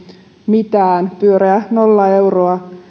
mitään pyöreä nolla euroa